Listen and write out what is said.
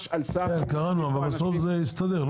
בסוף זה הסתדר?